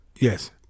Yes